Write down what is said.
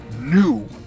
new